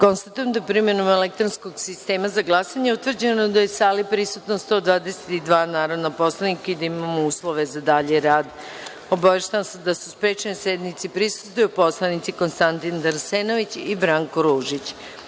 sistema. Konstatujem da je primenom elektronskog sistema za glasanje utvrđeno da je u sali prisutno 122 narodna poslanika i da imamo uslove za dalji rad. Obaveštavam vas da su sprečeni da sednici prisustvuju poslanici Konstantin Arsenović i Branko